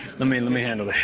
let me let me handle this.